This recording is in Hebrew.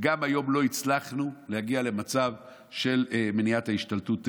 וגם היום לא הצלחנו להגיע למצב של מניעת ההשתלטות בנגב,